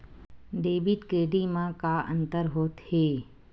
Debit credit मा का अंतर होत हे?